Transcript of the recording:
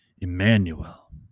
Emmanuel